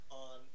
on